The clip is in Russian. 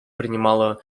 принимала